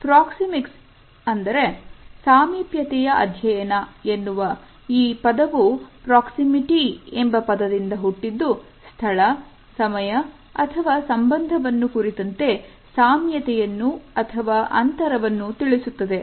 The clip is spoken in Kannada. ಪ್ರಾಕ್ಸಿಮಿಕ್ಸ್ ಅಂದರೆ ಸಾಮೀಪ್ಯತೆ ಯ ಅಧ್ಯಯನ ಎನ್ನುವ ಈ ಪದವು ಪ್ರಾಕ್ಸಿಮಿಟಿ ಎಂಬ ಪದದಿಂದ ಹುಟ್ಟಿದ್ದು ಸ್ಥಳ ಸಮಯ ಅಥವಾ ಸಂಬಂಧವನ್ನು ಕುರಿತಂತೆ ಸಾಮ್ಯತೆಯನ್ನು ಅಥವಾ ಅಂತರವನ್ನು ತಿಳಿಸುತ್ತದೆ